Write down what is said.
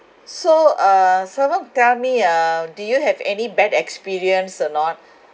so uh serven tell me uh do you have any bad experience or not